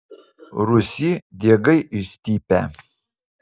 rūsy diegai išstypę